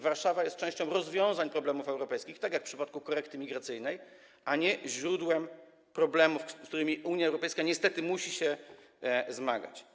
Warszawa jest częścią rozwiązań problemów europejskich, tak jak w przypadku korekty migracyjnej, a nie źródłem problemów, z którymi Unia Europejska niestety musi się zmagać.